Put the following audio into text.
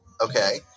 Okay